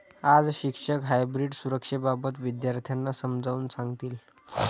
आज शिक्षक हायब्रीड सुरक्षेबाबत विद्यार्थ्यांना समजावून सांगतील